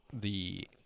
the-